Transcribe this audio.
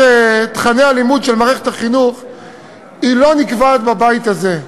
לתוכני הלימוד של מערכת החינוך לא נקבעת בבית הזה,